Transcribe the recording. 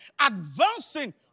advancing